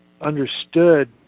understood